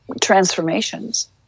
transformations